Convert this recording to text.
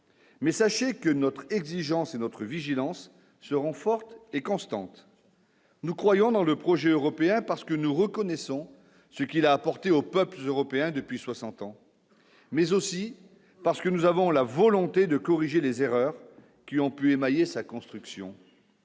Mais sachez que notre exigence et notre vigilance seront fortes et constantes. Nous croyons dans le projet européen parce que nous reconnaissons ce qu'il a apporté aux peuples européens depuis 60 ans, mais aussi parce que nous avons la volonté de corriger les erreurs qui ont pu émaillé sa construction,